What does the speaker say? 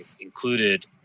included